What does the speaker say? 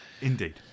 Indeed